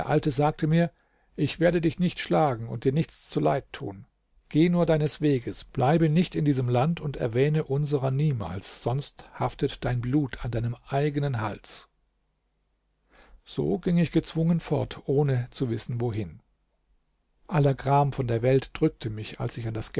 sagte mir ich werde dich nicht schlagen und dir nichts zuleid tun geh nur deines weges bleibe nicht in diesem land und erwähne unserer niemals sonst haftet dein blut an deinem eigenen hals so ging ich gezwungen fort ohne zu wissen wohin aller gram von der welt drückte mich als ich an das